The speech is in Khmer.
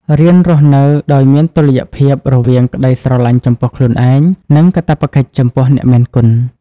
រៀនរស់នៅដោយមានតុល្យភាពរវាង "ក្តីស្រឡាញ់ចំពោះខ្លួនឯង" និង "កាតព្វកិច្ចចំពោះអ្នកមានគុណ"។